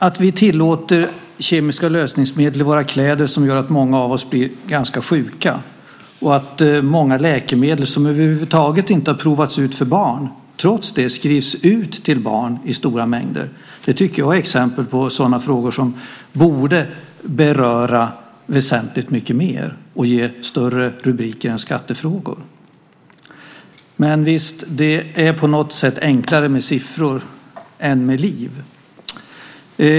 Att vi tillåter kemiska lösningsmedel i våra kläder som gör att många av oss blir ganska sjuka och att många läkemedel som över huvud taget inte har provats ut för barn trots det skrivs ut till barn i stora mängder tycker jag är exempel på sådana frågor som borde beröra väsentligt mycket mer och ge större rubriker än skattefrågor. Men det är på något sätt enklare med siffror än med liv.